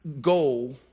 goal